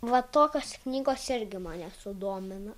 va tokios knygos irgi mane sudomina